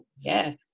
Yes